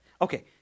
Okay